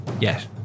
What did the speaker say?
Yes